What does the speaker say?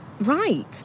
right